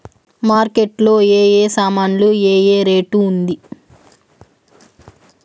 Market లో ఏ ఏ సామాన్లు ఏ ఏ రేటు ఉంది?